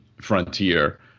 Frontier